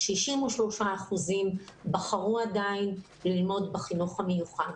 63 אחוזים, בחרו עדיין ללמוד בחינוך המיוחד.